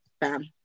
bam